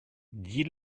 dis